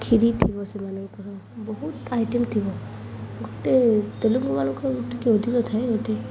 କ୍ଷୀରି ଥିବ ସେମାନଙ୍କର ବହୁତ ଆଇଟମ୍ ଥିବ ଗୋଟେ ତେଲୁଗୁ ମାନଙ୍କର ଟିକେ ଅଧିକ ଥାଏ ଗୋଟେ